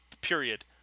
period